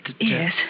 Yes